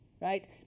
right